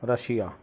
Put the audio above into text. Russia